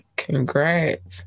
Congrats